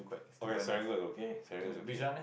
okay Serangoon locate Serangoon is okay